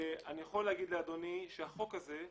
החוק הזה,